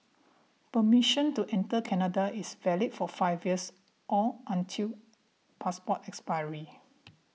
permission to enter Canada is valid for five years or until passport expiry